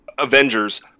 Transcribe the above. avengers